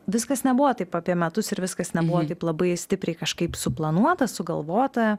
viskas nebuvo taip apie metus ir viskas nebuvo labai stipriai kažkaip suplanuota sugalvota